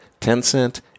Tencent